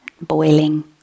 boiling